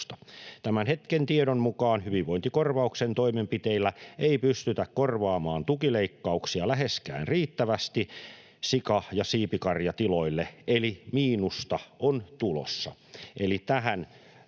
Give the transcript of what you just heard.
Tämän hetken tiedon mukaan hyvinvointikorvauksen toimenpiteillä ei pystytä korvaamaan tukileikkauksia läheskään riittävästi sika- ja siipikarjatiloille, eli miinusta on tulossa.”